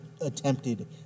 attempted